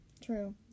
True